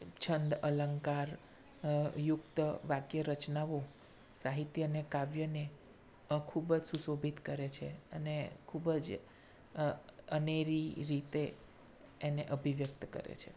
છંદ અલંકાર યુક્ત વાક્ય રચનાઓ સાહિત્યને કાવ્યને ખૂબ જ સુશોભિત કરે છે અને ખૂબ જ અનેરી રીતે એને અભિવ્યક્ત કરે છે